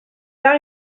par